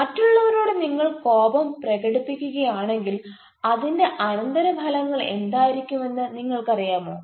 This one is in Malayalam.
മറ്റുള്ളവരോട് നിങ്ങൾ കോപം പ്രകടിപ്പിക്കുകയാണെങ്കിൽ അതിന്റെ അനന്തരഫലങ്ങൾ എന്തായിരിക്കുമെന്ന് നിങ്ങൾക്കറിയാമോ